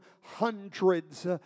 hundreds